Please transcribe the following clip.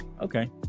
okay